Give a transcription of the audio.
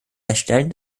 feststellen